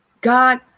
God